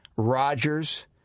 Rodgers